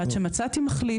ועד שמצאתי מחליף.